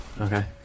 Okay